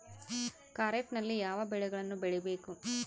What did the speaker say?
ಖಾರೇಫ್ ನಲ್ಲಿ ಯಾವ ಬೆಳೆಗಳನ್ನು ಬೆಳಿಬೇಕು?